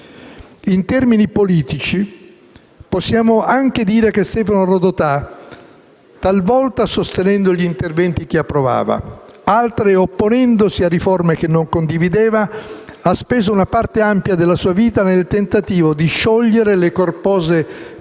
In termini politici, possiamo anche dire che Stefano Rodotà, talvolta sostenendo gli interventi che approvava, altre opponendosi a riforme che non condivideva, ha speso una parte ampia della sua vita nel tentativo di sciogliere le corpose